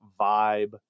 vibe